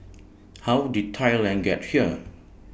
how did Thailand get here